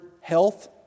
health